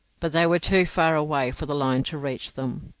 but they were too far away for the line to reach them.